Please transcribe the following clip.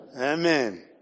Amen